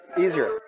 easier